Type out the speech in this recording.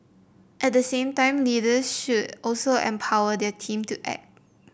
at the same time leaders should also empower their teams to act